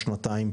או שנתיים,